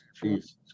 Jesus